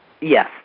Yes